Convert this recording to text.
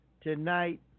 tonight